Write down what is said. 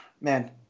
Man